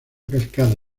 cascada